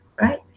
right